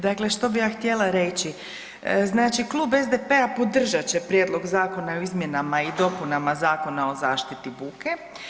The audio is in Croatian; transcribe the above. Dakle, što bih ja htjela reći, znači klub SDP-a podržat će Prijedlog zakona o izmjenama i dopunama Zakona o zaštiti od buke.